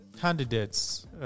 candidates